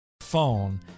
phone